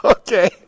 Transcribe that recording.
Okay